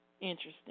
interesting